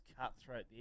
cutthroat